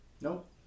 Nope